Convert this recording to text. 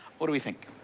what do we think?